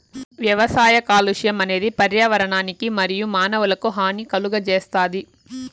వ్యవసాయ కాలుష్యం అనేది పర్యావరణానికి మరియు మానవులకు హాని కలుగజేస్తాది